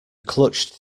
clutched